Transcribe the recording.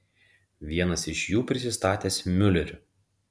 vienas iš jų prisistatęs miuleriu